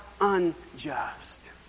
unjust